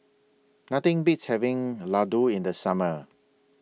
Nothing Beats having Ladoo in The Summer